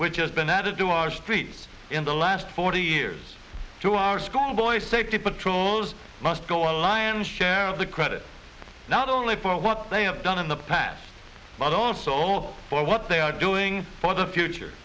which has been added to our streets in the last forty years to our school boy safety patrol must go a lion's share of the credit not only for what they have done in the past but also for what they are doing for the future